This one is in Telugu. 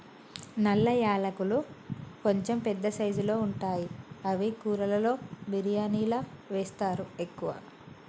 నల్ల యాలకులు కొంచెం పెద్ద సైజుల్లో ఉంటాయి అవి కూరలలో బిర్యానిలా వేస్తరు ఎక్కువ